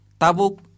Tabuk